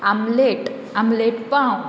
omelette omelette पाव